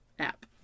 app